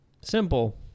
simple